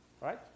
Right